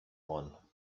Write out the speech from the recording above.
one